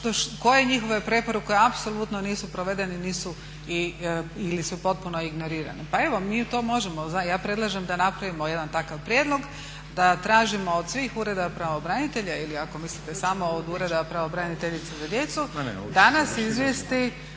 koje njihove preporuke apsolutno nisu provedene, ili su potpuno ignorirane. Pa evo, mi to možemo. Ja predlažem da napravimo jedan takav prijedlog, da tražimo od svih ureda pravobranitelja ili ako mislite samo od Ureda pravobraniteljice za djecu da nas izvijesti